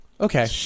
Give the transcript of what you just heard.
okay